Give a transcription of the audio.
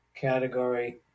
category